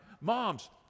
Moms